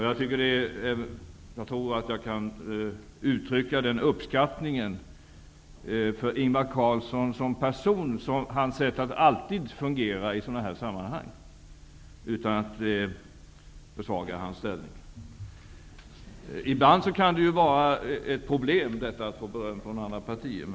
Jag tror att jag kan uttrycka den uppskattningen för Ingvar Carlsson som person och hans sätt att fungera i sådana här sammanhang utan att försvaga hans ställning. Ibland kan det ju vara ett problem att få beröm från andra partier.